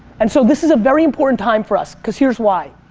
and so this is a very important time for us cause here's why,